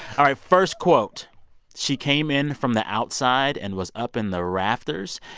all right. first quote she came in from the outside and was up in the rafters.